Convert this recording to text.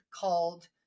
called